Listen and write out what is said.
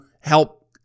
help